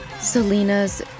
Selena's